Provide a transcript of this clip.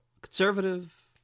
conservative